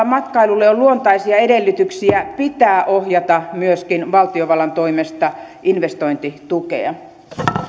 matkailulle on luontaisia edellytyksiä pitää ohjata myöskin valtiovallan toimesta investointitukea